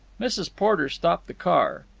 mrs. porter stopped the car.